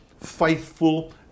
faithful